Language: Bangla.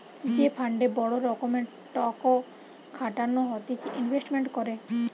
যে ফান্ডে বড় রকমের টক খাটানো হতিছে ইনভেস্টমেন্ট করে